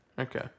Okay